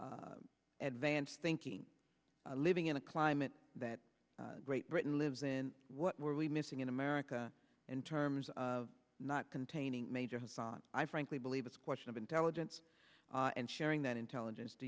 advance thinking living in a climate that great britain lives in what were we missing in america in terms of not containing major hasan i frankly believe it's a question of intelligence and sharing that intelligence do